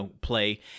play